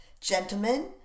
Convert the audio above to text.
Gentlemen